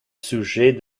sujet